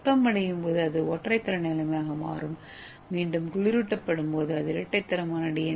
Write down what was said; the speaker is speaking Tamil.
வெப்பமடையும் போது அது ஒற்றை தரநிலையாக மாறும் மீண்டும் குளிரூட்டப்படும்போது அது இரட்டை தரமான டி